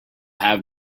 have